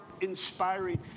inspiring